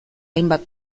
hainbat